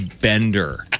Bender